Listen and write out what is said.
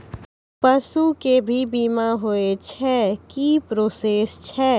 पसु के भी बीमा होय छै, की प्रोसेस छै?